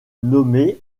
nommé